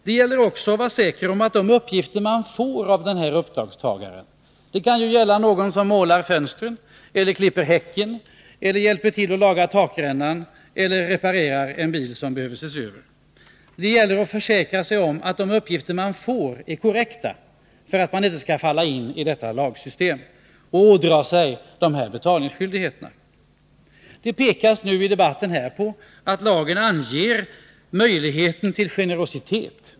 Det gäller också att försäkra sig om att de uppgifter som man får av uppdragstagaren — det kan gälla någon som målar fönster, klipper häcken, hjälper till att laga takrännan eller reparerar en bil — är korrekta för att man inte skall ådra sig betalningsskyldighet. Det har i debatten pekats på att lagen medger möjlighet till generositet.